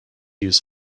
use